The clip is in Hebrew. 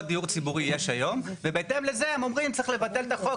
דיור ציבורי יש היום ובהתאם לזה הם אומרים צריך לבטל את החוק,